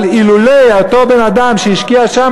אבל אילולא אותו אדם שהשקיע שם,